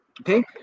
okay